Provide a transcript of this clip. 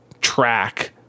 track